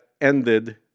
ended